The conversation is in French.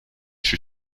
fut